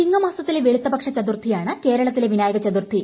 ചിങ്ങമാസത്തിലെ വെളുത്തപക്ഷ ചതുർത്ഥിയാണ് കേരളത്തിലെ വിനായക ചതുർത്ഥി